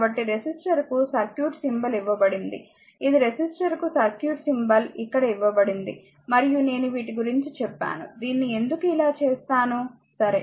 కాబట్టి రెసిస్టర్కు circuit symbol ఇవ్వబడింది ఇది రెసిస్టర్కు సర్క్యూట్ సింబల్ ఇక్కడ ఇవ్వబడింది మరియు నేను వీటి గురించి చెప్పాను దీన్ని ఎందుకు ఇలా చేస్తాను సరే